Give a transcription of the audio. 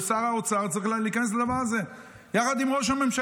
שר האוצר צריך להיכנס לדבר הזה יחד עם ראש הממשלה.